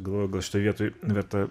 galvoju gal šitoj vietoj verta